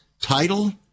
title